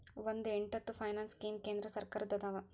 ಒಂದ್ ಎಂಟತ್ತು finance scheme ಕೇಂದ್ರ ಸರ್ಕಾರದ್ದ ಅದಾವ